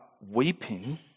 weeping